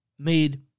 made